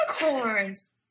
Unicorns